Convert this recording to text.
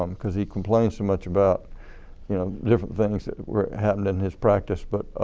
um because he complained so much about you know different things that were happened in his practice but